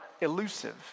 elusive